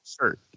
shirt